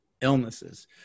illnesses